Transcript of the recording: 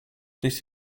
this